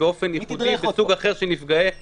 באופן איכותי בסוג אחר של נפגעי עבירה,